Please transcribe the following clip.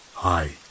Hi